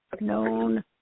known